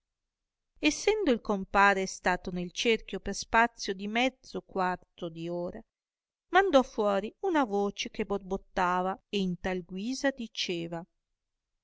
essendo il compare stato nel cerchio per spazio di mezzo quarto di ora mandò fuori una voce che barbottava e in tal guisa diceva